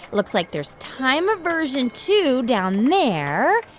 looks like there's time aversion two down there.